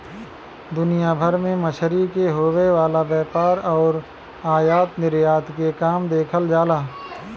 दुनिया भर में मछरी के होये वाला व्यापार आउर आयात निर्यात के काम देखल जाला